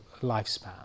lifespan